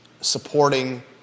supporting